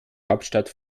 hauptstadt